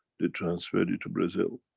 they transferred it to brazil.